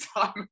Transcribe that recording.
time